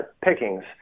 pickings